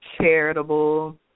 charitable